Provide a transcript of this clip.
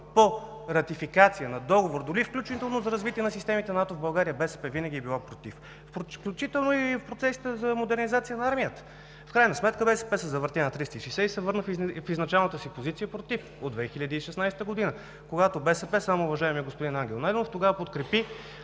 по ратификация на договор, дори включително за развитие на системите на НАТО в България, БСП винаги е била против, включително в процесите за модернизация на армията. В крайна сметка БСП се завъртя на 360 градуса и се върна в началната си позиция „против“ от 2016 г., когато от БСП само уважаемият господин Ангел Найденов тогава подкрепи